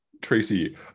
Tracy